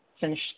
finish